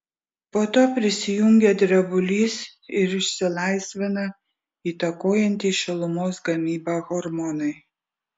po to prisijungia drebulys ir išsilaisvina įtakojantys šilumos gamybą hormonai